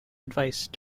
advice